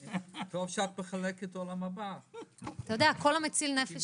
תודה רבה על השותפות של שניכם, על